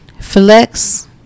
flex